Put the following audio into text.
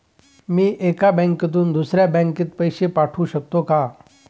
मी एका बँकेतून दुसऱ्या बँकेत पैसे पाठवू शकतो का?